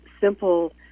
simple